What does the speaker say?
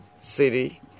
city